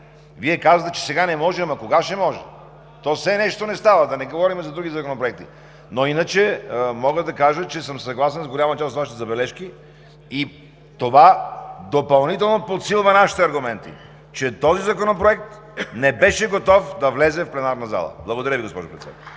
Вие казвате, че сега не може, ама кога ще може? То все нещо не става! Да не говорим за други законопроекти. Иначе мога да кажа, че съм съгласен с голяма част от Вашите забележки и това допълнително подсилва нашите аргументи, че този законопроект не беше готов да влезе в пленарната зала. Благодаря Ви, госпожо Председател.